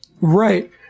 Right